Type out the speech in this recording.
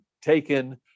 taken